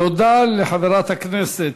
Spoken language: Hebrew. תודה לחברת הכנסת